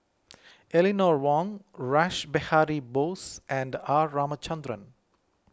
Eleanor Wong Rash Behari Bose and R Ramachandran